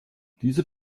diese